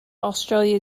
australia